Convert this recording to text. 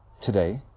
today